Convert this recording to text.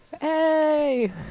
hey